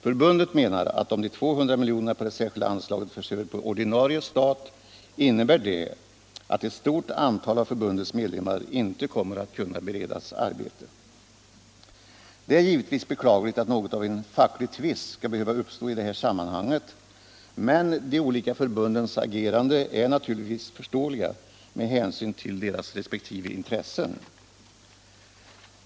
Förbundet menar att om de 200 miljonerna på det särskilda anslaget förs över på ordinarie stat innebär det att ett stort antal av förbundets medlemmar inte kommer att kunna beredas arbete. Det är beklagligt att något av en facklig tvist skall behöva uppstå i det här sammanhanget, men de olika förbundens agerande är naturligtvis förståeligt med hänsyn till deras respektive intressen.